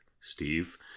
Steve